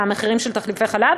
המחירים של תחליפי החלב.